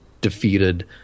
defeated